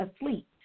asleep